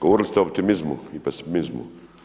Govorili ste o optimizmu i pesimizmu.